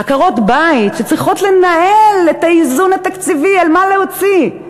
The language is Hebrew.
עקרות-בית שצריכות לנהל את האיזון התקציבי על מה להוציא: